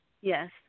Yes